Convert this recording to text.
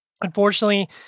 Unfortunately